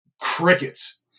crickets